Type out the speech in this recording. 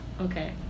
Okay